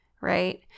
right